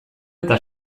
eta